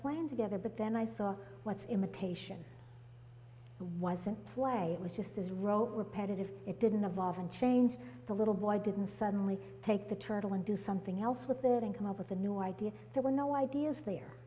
plan together but then i saw what's imitation wasn't play was just as rote repetitive it didn't evolve and change the little boy didn't suddenly take the turtle and do something else with there and come up with a new idea there were no ideas there